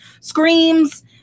Screams